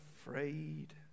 afraid